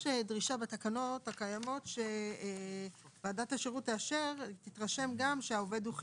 יש דרישה בתקנות הקיימות שוועדת השירות תתרשם גם שהעובד הוא חיוני.